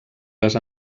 les